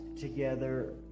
together